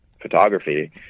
photography